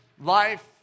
life